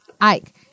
Ike